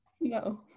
No